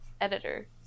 Editor